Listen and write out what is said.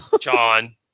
John